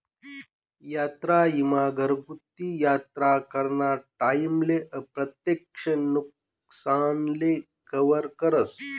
यात्रा ईमा घरगुती यात्रा कराना टाईमले अप्रत्यक्ष नुकसानले कवर करस